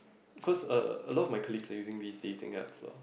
because uh a lot of my colleagues are using these dating apps lah